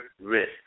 risk